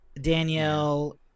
Danielle